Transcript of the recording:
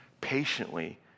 patiently